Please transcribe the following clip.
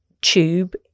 tube